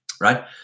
Right